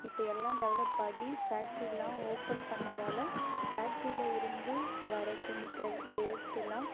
இப்போ எல்லாம் டெவெலப் ஆகி ஃபேக்ட்ரிலாம் ஓப்பன் பண்ணதால் ஃபேக்ட்ரி இருந்து வர கெமிக்கல் வேஸ்ட்டுலாம்